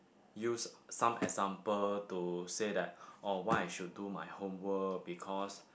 use some example to say that oh why I should do my homework because